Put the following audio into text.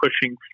pushing